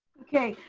okay,